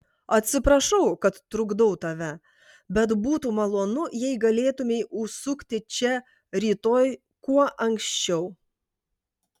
atsiprašau kad trukdau tave bet būtų malonu jei galėtumei užsukti čia rytoj kuo anksčiau